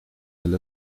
del